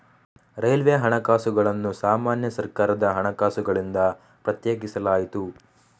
railway ಹಣಕಾಸುಗಳನ್ನು ಸಾಮಾನ್ಯ ಸರ್ಕಾರದ ಹಣಕಾಸುಗಳಿಂದ ಪ್ರತ್ಯೇಕಿಸಲಾಯಿತು